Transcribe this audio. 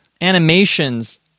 animations